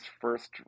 first